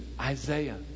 Isaiah